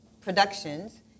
productions